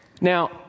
Now